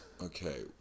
Okay